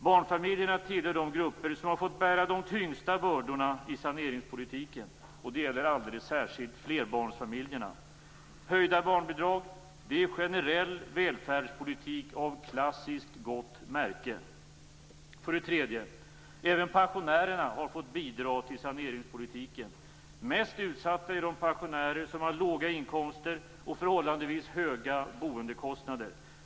Barnfamiljerna tillhör de grupper som har fått bära de tyngsta bördorna i saneringspolitiken, och det gäller alldeles särskilt flerbarnsfamiljerna. Höjda barnbidrag - det är generell välfärdspolitik av klassiskt gott märke. För det tredje: Även pensionärerna har fått bidra till saneringspolitiken. Mest utsatta är de pensionärer som har låga inkomster och förhållandevis höga boendekostnader.